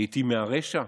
לעיתים מהרשע.